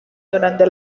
durante